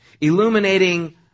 Illuminating